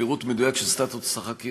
פירוט מדויק של סטטוס החקירה,